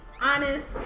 honest